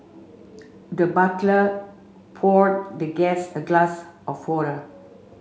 the butler poured the guest a glass of water